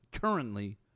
currently